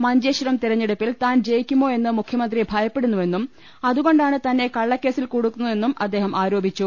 മഞ്ചേശ്വരം തെരഞ്ഞെടുപ്പിൽ താൻ ജയിക്കുമോ എന്ന് മുഖ്യ മന്ത്രി ഭയപ്പെടുന്നുവെന്നും അതുകൊണ്ടാണ് തന്നെ കള്ളക്കേ സിൽ കുടുക്കുന്നതെന്നും അദ്ദേഹം ആരോപിച്ചു